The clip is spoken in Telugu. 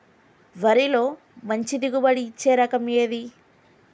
వరిలో మంచి దిగుబడి ఇచ్చే రకం ఏది?